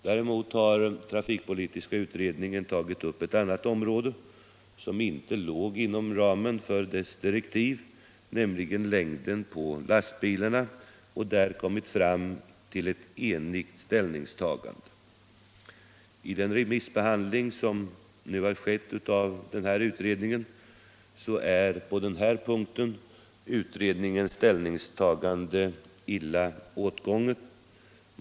Däremot har trafikpolitiska utredningen tagit upp ett annat område som inte låg inom ramen för utredningens direktiv, nämligen längden på lastbilarna, och där kommit fram till ett enhälligt ställningstagande. I den remissbehandling som skett av utredningens betänkande har utredningens ställningstagande på den punkten blivit illa åtgånget.